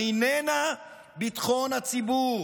איננה ביטחון הציבור